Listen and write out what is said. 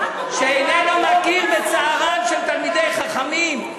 שאיננו מכיר בצערם של תלמידי חכמים.